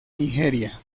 nigeria